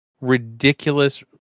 ridiculous